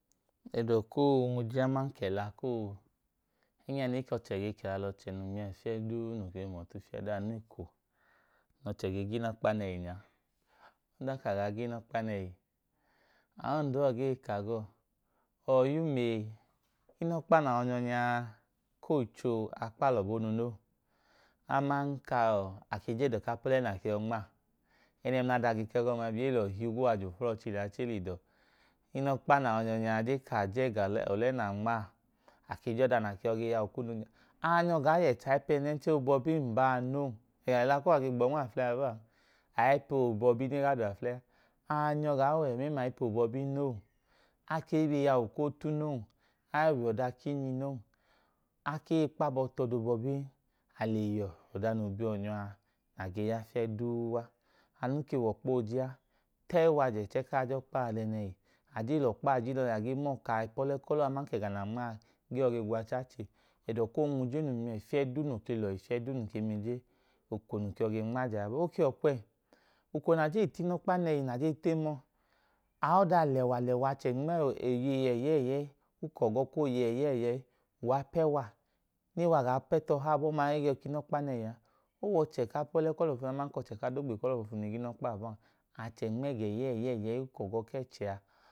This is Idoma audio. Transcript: Ẹdọ ku oonwuje aman ka ẹla koo, ẹgẹ nẹ ọchẹ ge kẹla lẹ ọchẹ nya fiyẹ duu noo ge hum ọtu fiyẹ duu a anu wẹ eko nẹ ọchẹ ge ga inọkpa nẹhi nya. Ọdanka a gaa ga inọkpa nẹhi, aondu uwọ gee ka ga ọọ, “ọyim, inọkpa nẹ a yọi nyọ nya, kocho, a kpo alọ bonu noo. Aman ka a ke je ẹdọ ku apọlẹ nẹ a ken ma a” ẹnẹ mla ada ge ka ẹgọma duu. E lẹ uwọ higwu oflọchi yajẹ ku e lẹ da uwọ. Inọkpa nẹ a yọi nyọ nya, je ka a je ẹdọ ku apọlẹ nẹ a nma a. a ke je ọda na ke yọi yiyawu kunu a. A nyọ gaa yẹ che ayipẹnẹnchẹ obọbi n ba a noo. Ẹga nẹ e ge gbọọ nma aflẹyi a yọ bọọ a. ayipẹ obọbi nẹ e gaa da uwọ aflẹyi a. A nyọ gaa wẹ mla ayipẹ obọbi noo. A hee yiyawu ku otu noo. A hee wẹ ọda ku inyi noo. A ke hee kpo abọ tu ọda obọbin. A le yẹ, ọda noo bi uwọ nyọ a, anu nẹ a ge ya fiyẹ duu a. anu wẹ ọkpa ooje a. Tẹyi wajẹ kaa je ọkpa a nẹẹnẹhi. A jen lẹ ọkpa a je nẹẹnẹhi, a ge mọọ ka aipọlẹ kuwọ aman ka ẹga naa nma aa, gee yọ ge gwo acha che. Ẹdọ ku oonwu je noo lọhi fiyẹ duu num ke nwu je eko num ke yọ gen ma ajẹ a yọ bọọ a. O ke wẹ ọkwọyi. Eko nẹ a jen le ta inọkpa nẹhi nẹ a jen teyi ma ọọ, aọda alẹwa lẹwa, achẹ nma oyeyi ẹyẹẹyi ẹyẹẹyi, ukọọgọ ku oyeyi ẹyẹẹyi ẹyẹẹyi, uwa pẹ wa ne wa a pẹ tọha je piya inọkpa nẹhi a. o wẹ achẹ ku apọlẹ kuwọ aman ka achẹ ku adogbe kuwọ foofunu i wa gaa ga inọkpa abọọ an. Oyeyi ẹyẹẹyi ẹyẹẹ%yi ukọọgọ ku ẹchẹ a